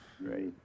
Right